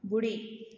ॿुड़ी